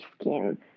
skin